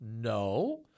no